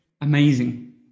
amazing